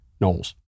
Knowles